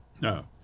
No